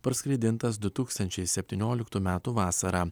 parskraidintas du tūkstančiai septynioliktų metų vasarą